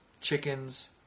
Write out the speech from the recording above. chickens